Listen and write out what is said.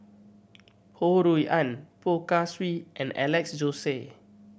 Ho Rui An Poh Kay Swee and Alex Josey